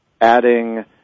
adding